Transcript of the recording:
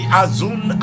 azun